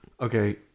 Okay